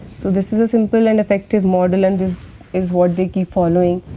so, this is a simple and effective model and this is what they keep following.